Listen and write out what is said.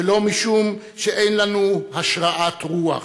ולא משום שאין לנו השראת רוח,